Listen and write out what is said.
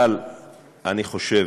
אבל אני חושב,